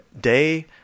day